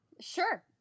Sure